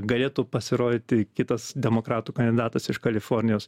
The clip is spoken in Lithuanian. galėtų pasirodyti kitas demokratų kandidatas iš kalifornijos